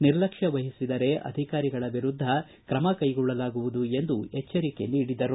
ನಿರ್ಲಕ್ಷ್ಯ ವಹಿಸಿದರೆ ಅಧಿಕಾರಿಗಳ ವಿರುದ್ದ ಕ್ರಮ ಕೈಗೊಳ್ಳಲಾಗುವುದು ಎಂದು ಎಚ್ಚರಿಕೆ ನೀಡಿದರು